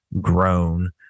grown